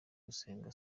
gusenga